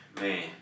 man